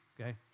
okay